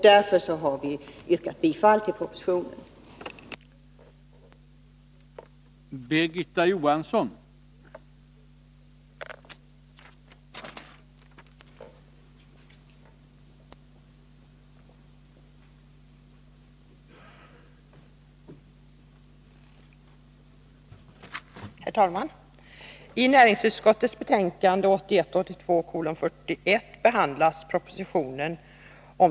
Därför har vi yrkat bifall till propositionens förslag.